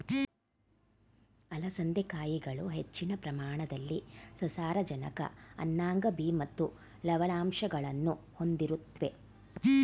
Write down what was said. ಅಲಸಂದೆ ಕಾಯಿಗಳು ಹೆಚ್ಚಿನ ಪ್ರಮಾಣದಲ್ಲಿ ಸಸಾರಜನಕ ಅನ್ನಾಂಗ ಬಿ ಮತ್ತು ಲವಣಾಂಶಗಳನ್ನು ಹೊಂದಿರುತ್ವೆ